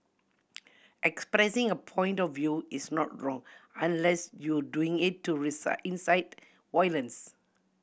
expressing a point of view is not wrong unless you doing it to incite violence